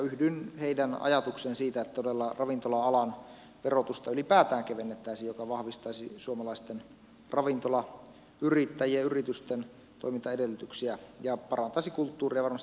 yhdyn heidän ajatuksiinsa siitä että todella ravintola alan verotusta ylipäätään kevennettäisiin mikä vahvistaisi suomalaisten ravintolayrittäjien ja yritysten toimintaedellytyksiä ja parantaisi kulttuuria varmasti monella tapaa